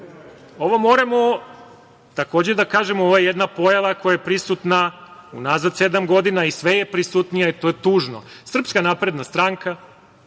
Ovo moramo takođe da kažemo, ovo je jedna pojava koja je prisutna unazad sedam godina i sve je prisutnija i to je tužno. SNS, funkcioneri,